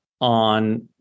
on